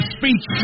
speech